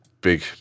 Big